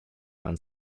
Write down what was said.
and